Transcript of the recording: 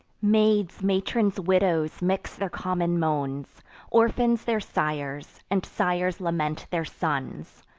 maids, matrons, widows, mix their common moans orphans their sires, and sires lament their sons.